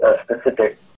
specific